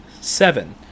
Seven